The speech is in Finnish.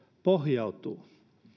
pohjautuu